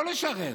לא לשרת.